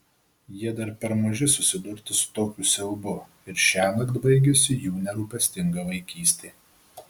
jie dar per maži susidurti su tokiu siaubu ir šiąnakt baigiasi jų nerūpestinga vaikystė